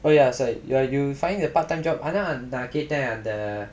oh ya sorry err you find a part time job ஆனா நா கேட்டேன் அந்த:aanaa naa kaettaen antha